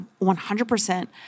100%